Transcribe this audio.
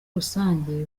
rusange